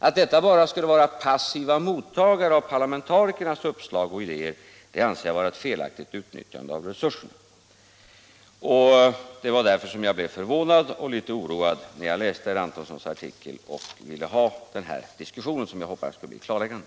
Att dessa bara skulle vara passiva mottagare av parlamentarikernas uppslag och idéer anser jag vara ett felaktigt utnyttjande av resurserna. Det var därför jag blev förvånad och 137 litet oroad när jag läste herr Antonssons artikel och ville ha den här diskussionen, som jag hoppades skulle bli klarläggande.